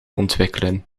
ontwikkelen